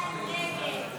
הסתייגות 12